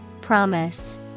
Promise